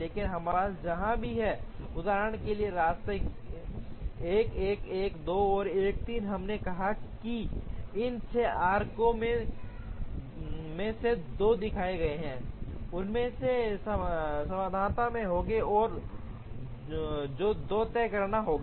लेकिन हमारे पास जहां भी है उदाहरण के लिए ये रास्ते 1 1 1 2 और 1 3 हमने कहा कि इन 6 आर्क्स में से 2 दिखाए गए हैं उनमें से समाधान में होगा और जो 2 तय करना होगा